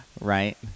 right